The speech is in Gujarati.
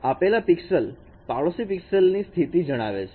આપેલા પિક્સેલ પાડોશી પિક્સેલ ની સ્થિતિ જણાવે છે